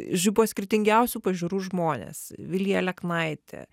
žodžiu buvo skirtingiausių pažiūrų žmonės vilija aleknaitė